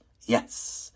Yes